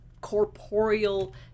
corporeal